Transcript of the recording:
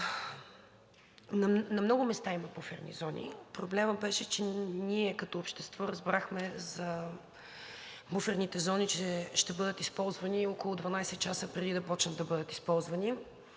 на много места има буферни зони. Проблемът беше, че ние като общество разбрахме за буферните зони, че ще бъдат използвани около 12 часа, преди да започнат да бъдат използвани.